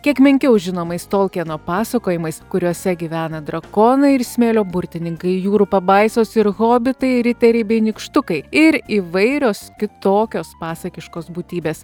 kiek menkiau žinomais tolkieno pasakojimais kuriuose gyvena drakonai ir smėlio burtininkai jūrų pabaisos ir hobitai riteriai bei nykštukai ir įvairios kitokios pasakiškos būtybės